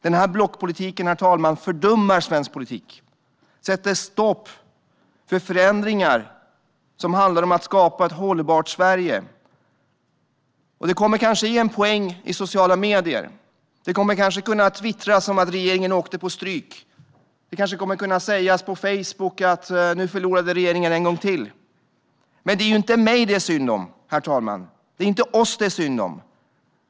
Den här blockpolitiken, herr talman, fördummar svensk politik och sätter stopp för förändringar som handlar om att skapa ett hållbart Sverige. Det här kommer kanske att ge en poäng i sociala medier. Det kommer kanske att kunna twittras om att regeringen åkte på stryk. Det kommer kanske att kunna sägas på Facebook att regeringen förlorade en gång till. Men det är inte mig det är synd om, herr talman. Det är inte oss det är synd om.